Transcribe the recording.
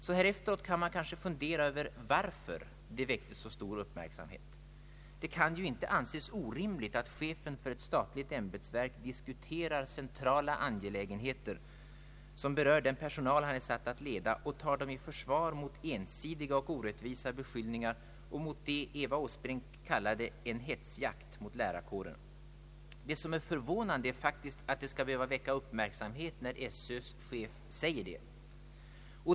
Så här efteråt kanske man kan fundera på varför det väckte så stor uppmärksamhet. Det kan ju inte anses orimligt att chefen för ett statligt ämbetsverk diskuterar centrala angelägenheter för den personal, som han är satt att leda, och tar den i försvar mot ensidiga och orättvisa beskyllningar och mot det som Eva Åsbrink kallade ”en hetsjakt” mot lärarkåren. Vad som förvånar är faktiskt att det skall väcka uppmärksamhet, när SÖ:s chef säger det.